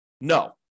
No